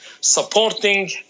supporting